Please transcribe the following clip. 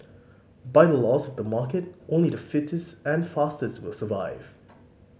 by the laws of the market only the fittest and fastest will survive